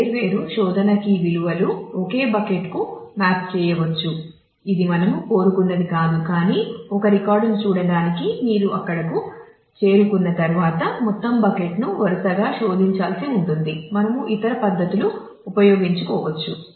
వేర్వేరు శోధన కీ విలువలు ఒకే బకెట్కు మ్యాప్ చేయవచ్చు ఇది మనము కోరుకున్నది కాదు కానీ ఒక రికార్డును చూడటానికి మీరు అక్కడకు చేరుకున్న తర్వాత మొత్తం బకెట్ను వరుసగా శోధించాల్సి ఉంటుంది మనము ఇతర పద్ధతులు ఉపయోగించుకోవచ్చు